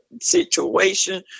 situation